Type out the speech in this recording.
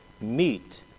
meet